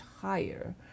higher